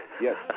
Yes